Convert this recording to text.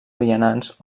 vianants